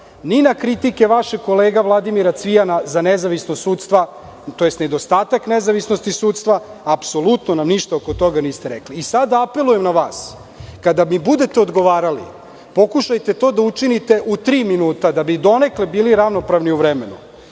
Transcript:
ni na kritike vašeg kolege Vladimira Cvijana za nezavisna sudstva, tj. nedostatak nezavisnosti sudstva, apsolutno nam ništa oko toga niste rekli. Sada apelujem na vas, kada mi budete odgovarali, pokušajte to da učinite u tri minuta da bi donekle bili ravnopravni u vremenu.